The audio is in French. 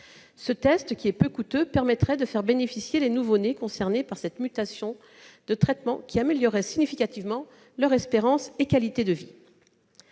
Ce test, peu coûteux, permettrait de faire bénéficier les nouveau-nés concernés par cette mutation de traitements qui amélioreraient significativement leur espérance et leur qualité de vie.